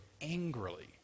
angrily